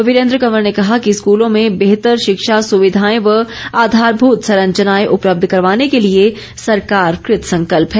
वीरेन्द्र कंवर ने कहा कि स्कूलों में बेहतर शिक्षा सुविधाएं व आधारभूत संरचनाएं उपलब्ध करवाने के लिए सरकार कृतसंकल्प है